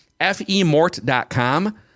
FEMORT.com